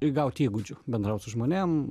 įgauti įgūdžių bendraut su žmonėm